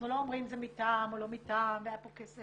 אנחנו לא אומרים שזה מטעם או לא מטעם והיה פה כסף.